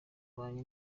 tubayeho